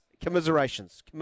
Commiserations